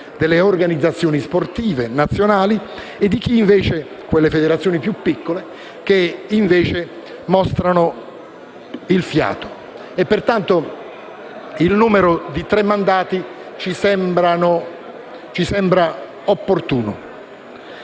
delle organizzazioni sportive nazionali, e di chi invece (penso alle federazioni più piccole) mostra il fiato. Pertanto il numero di tre mandati ci sembra opportuno.